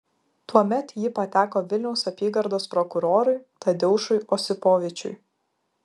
tuomet ji pateko vilniaus apygardos prokurorui tadeušui osipovičiui